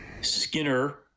Skinner